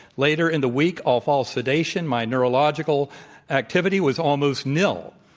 later in the week, off all sedation, my neurological activity was almost nil.